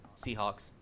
Seahawks